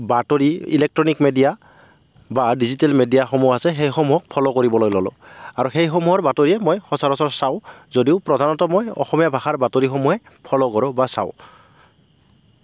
বাতৰি electronic media বা digital মেডিয়াসমূহ আছে সেই সমূহক ফ'ল' কৰিবলৈ ল'লো আৰু সেইসমূহৰ বাতৰিয়ে মই সচৰাচৰ চাওঁ যদিও প্ৰধানত মই অসমীয়া ভাষাৰ বাতৰিসমূহে ফ'ল' কৰো বা চাওঁ